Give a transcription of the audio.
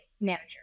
manager